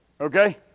okay